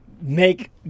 make